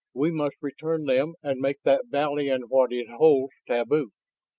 we must return them and make that valley and what it holds taboo.